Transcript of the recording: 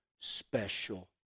special